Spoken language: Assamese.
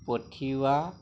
পঠিওৱা